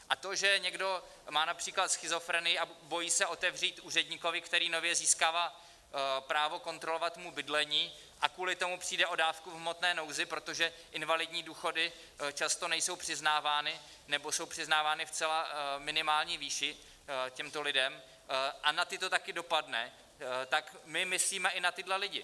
A to, že někdo má například schizofrenii a bojí se otevřít úředníkovi, který nově získává právo kontrolovat mu bydlení, a kvůli tomu přijde o dávku v hmotné nouzi, protože invalidní důchody často nejsou přiznávány, nebo jsou přiznávány ve zcela minimální výši těmto lidem, a na ty to taky dopadne, tak my myslíme i na tyhle lidi.